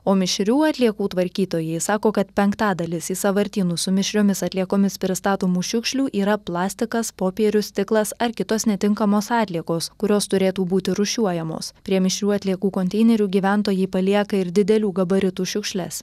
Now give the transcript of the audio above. o mišrių atliekų tvarkytojai sako kad penktadalis į sąvartynus su mišriomis atliekomis pristatomų šiukšlių yra plastikas popierius stiklas ar kitos netinkamos atliekos kurios turėtų būti rūšiuojamos prie mišrių atliekų konteinerių gyventojai palieka ir didelių gabaritų šiukšles